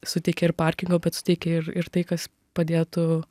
suteikia ir parkingo bet suteikia ir ir tai kas padėtų